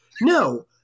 No